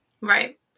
right